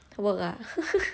work lah